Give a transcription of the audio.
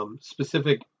Specific